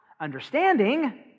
Understanding